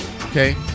Okay